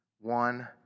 one